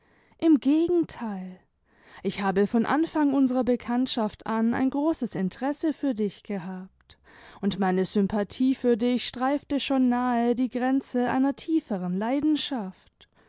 im gegenteil ich habe von anfang unserer bekanntschaft an ein großes interesse für dich gehabt und meine sympathie für dich streifte schon nahe die grenze einer tieferen leidenschaft